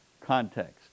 context